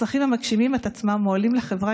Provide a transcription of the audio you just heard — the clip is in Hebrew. אזרחים המגשימים את עצמם מועילים לחברה.